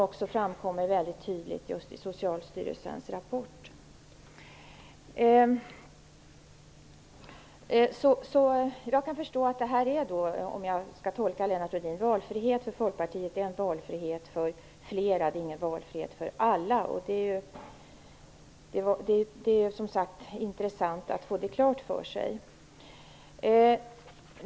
Detta framkommer mycket tydligt i Jag tolkar alltså Lennart Rohdin så att för Folkpartiet är valfrihet en valfrihet för flera, inte för alla. Det är, som sagt, intressant att få den saken klar för sig.